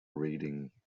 reading